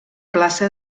plaça